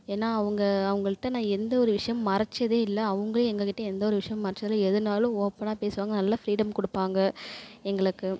ஏன்னா அவங்க அவங்கள்ட நான் எந்த ஒரு விஷயமும் மறைச்சதே இல்லை அவங்களும் எங்கள்கிட்டையும் எந்த ஒரு விஷயமும் மறைச்சது இல்லை எதுன்னாலும் ஓப்பனாக பேசுவாங்க நல்ல ஃபிரீடம் கொடுப்பாங்க எங்களுக்கு